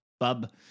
bub